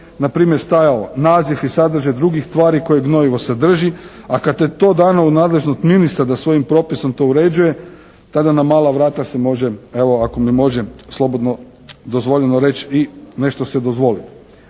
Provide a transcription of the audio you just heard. na primjer stajao naziv i sadržaj drugih tvari koje gnojivo sadrži a kad je to dano u nadležnost ministra da svojim propisom to uređuje tada na mala vrata se može evo ako mi može slobodno dozvoljeno reći i nešto si dozvoliti.